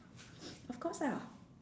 of course lah